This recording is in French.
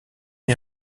est